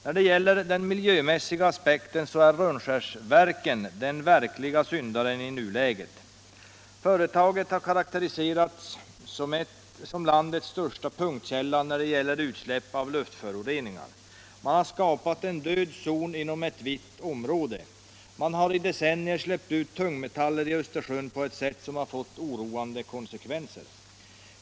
Vad beträffar den miljömässiga aspekten är Rönnskärsverken den verkliga syndaren i nuläget. Företaget har karakteriserats som landets största punktkälla när det gäller utsläpp av luftföroreningar. Man har skapat en död zon inom ett vitt område. Man har i decennier släppt ut tungmetaller i Östersjön på ett sätt som har fått oroande konsekvenser.